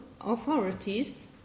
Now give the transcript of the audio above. authorities